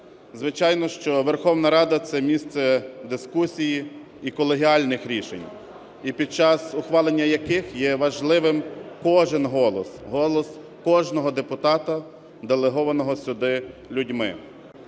Звичайно, що Верховна Рада – це місце дискусії і колегіальних рішень, і під час ухвалення яких є важливим кожен голос, голос кожного депутата, делегованого сюди людьми.